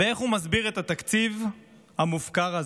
ואיך הוא מסביר את התקציב המופקר הזה.